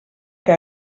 que